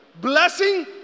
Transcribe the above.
blessing